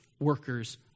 workers